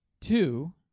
two